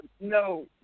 No